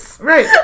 Right